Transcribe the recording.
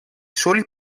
soli